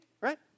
Right